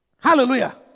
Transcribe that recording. Hallelujah